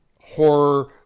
horror